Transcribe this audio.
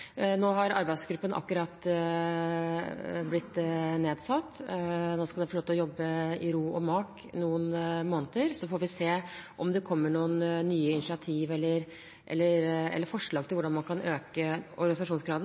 Nå har arbeidsgruppen akkurat blitt nedsatt. Nå skal den få lov til å jobbe i ro og mak noen måneder, og så får vi se om det kommer noen nye initiativ eller forslag til hvordan man kan øke organisasjonsgraden.